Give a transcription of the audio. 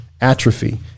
atrophy